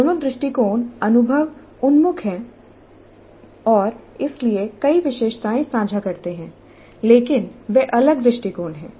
दोनों दृष्टिकोण अनुभव उन्मुख हैं और इसलिए कई विशेषताएं साझा करते हैं लेकिन वे अलग दृष्टिकोण हैं